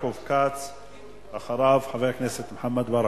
יעקב כץ, ואחריו, חבר הכנסת מוחמד ברכה.